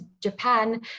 Japan